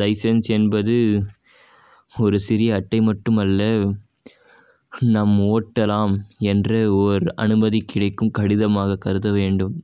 licence என்பது ஒரு சிறிய அட்டை மட்டுமல்ல நாம் ஓட்டலாம் என்று ஓர் அனுமதி கிடைக்கும் கடிதமாக கருதவேண்டும்